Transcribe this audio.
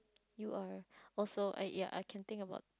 you are also I ya I can think about